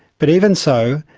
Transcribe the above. but even so,